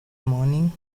morning